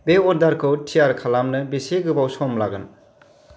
बे अर्दारखौ थियारि खालामनो बेसे गोबाव सम लागोन